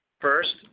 First